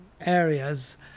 areas